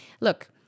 look –